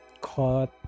caught